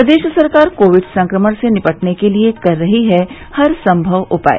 प्रदेश सरकार कोविड संक्रमण से निपटने के लिये कर रही है हरसम्भव उपाय